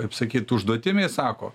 kaip sakyt užduotimi sako